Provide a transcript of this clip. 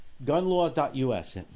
Gunlaw.us